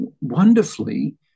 wonderfully